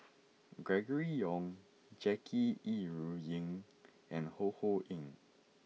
Gregory Yong Jackie Yi Ru Ying and Ho Ho Ying